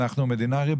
אנחנו מדינה ריבונית.